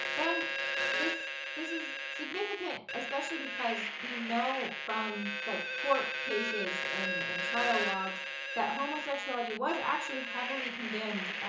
and this this is significant, especially because we know from like, court cases and and trial logs that homosexuality was actually heavily condemned,